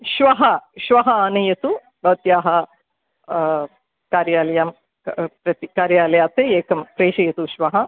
श्वः श्वः आनयतु भवत्याः कार्यालयं प्रति क् कार्यालयात् एकं प्रेषयतु श्वः